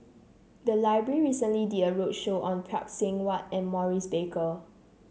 the library recently did a roadshow on Phay Seng Whatt and Maurice Baker